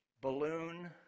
balloon